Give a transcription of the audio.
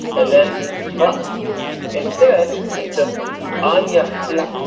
and then hop instead is just on yeah like